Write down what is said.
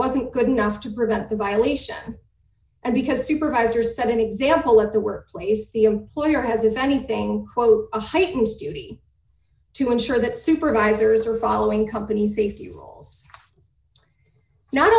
wasn't good enough to prevent the violation and because a supervisor said an example at the workplace the employer has if anything quote heightens duty to ensure that supervisors are following companies a few holes not